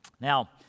Now